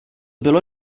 bylo